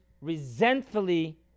resentfully